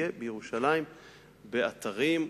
יהיה בירושלים באתרים,